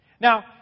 Now